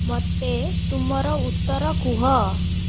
ମୋତେ ତୁମର ଉତ୍ତର କୁହ